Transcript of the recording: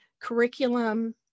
curriculum